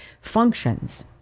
functions